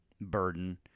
burden